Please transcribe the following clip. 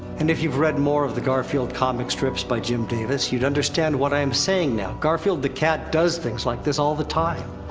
and if you've read more of the garfield comic strips by jim davis, you understand what i am saying now garfield the cat does things like this all the time.